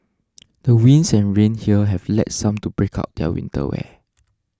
the winds and rain here have led some to break out their winter wear